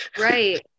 right